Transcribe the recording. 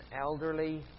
elderly